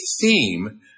theme